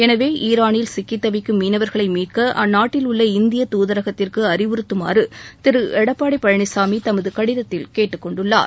எனவே ஈராளில் சிக்கித் தவிக்கும் மீனவர்களை மீட்க அந்நாட்டில் உள்ள இந்திய தூதரகத்திற்கு அறிவுறுத்துமாறு திரு எடப்பாடி பழனிசாமி தமது கடிதத்தில் கேட்டுக் கொண்டுள்ளார்